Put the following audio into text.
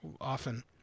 often